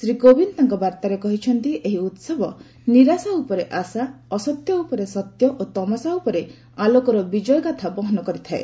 ଶ୍ରୀ କୋବିନ୍ଦ ତାଙ୍କ ବାର୍ତ୍ତାରେ କହିଛନ୍ତି ଏହି ଉତ୍ସବ ନିରାଶା ଉପରେ ଆଶା ଅସତ୍ୟ ଉପରେ ସତ୍ୟ ଓ ତମସା ଉପରେ ଆଲୋକର ବିଜୟଗାଥା ବହନ କରିଥାଏ